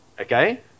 okay